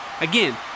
Again